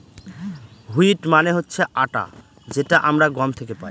wheat মানে হচ্ছে আটা যেটা আমরা গম থেকে পাই